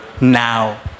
now